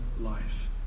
life